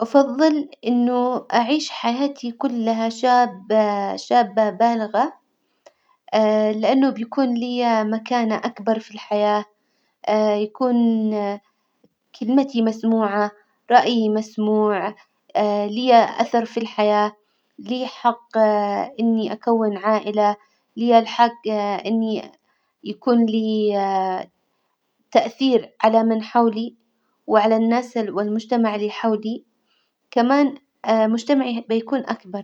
أفظل إنه أعيش حياتي كلها شابة، شابة بالغة لإنه بيكون لي مكانة أكبر في الحياة يكون كلمتي مسموعة، رأيي مسموع، لي أثر في الحياة، لي حق إني أكون عائلة، لي الحج إني يكون لي تأثير على من حولي وعلى الناس والمجتمع اللي حولي، كمان مجتمعي بيكون أكبر.